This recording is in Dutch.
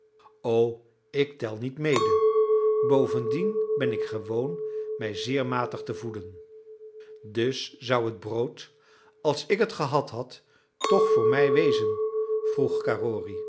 o ik tel niet mede bovendien ben ik gewoon mij zeer matig te voeden dus zou het brood als ik het gehad had toch voor mij wezen vroeg